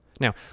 Now